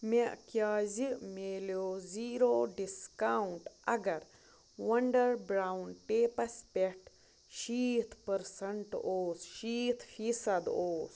مےٚ کیٛاہ زِ مِلیٚو زیٖرو ڈِسکَاونٛٹ اگر ونٛڈر برٛاون ٹیٚپس پٮ۪ٹھ شیٖتھ پٔرسنٛٹ اوس شیٖتھ فیٖسد اوس